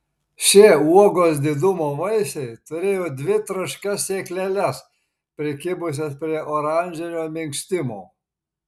šie uogos didumo vaisiai turėjo dvi traškias sėkleles prikibusias prie oranžinio minkštimo